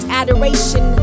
adoration